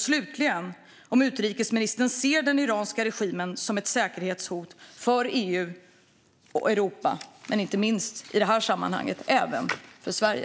Slutligen undrar jag om utrikesministern ser den iranska regimen som ett säkerhetshot för EU och Europa och inte minst i det här sammanhanget även för Sverige.